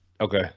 Okay